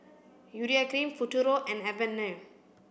Urea Cream Futuro and Avene